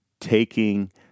taking